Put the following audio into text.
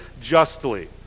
justly